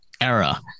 era